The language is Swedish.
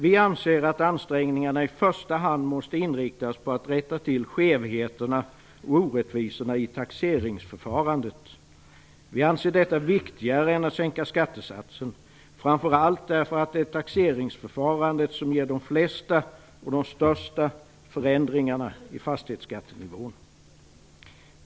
Vi anser att ansträngningarna i första hand måste inriktas på att rätta till skevheterna och orättvisorna i taxeringsförfarandet. Vi anser att detta är viktigare än att sänka skattesatsen, framför allt därför att det är taxeringsförfarandet som ger de flesta och de största förändringarna i fastighetsskattenivån.